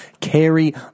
carry